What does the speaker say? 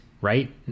right